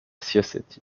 society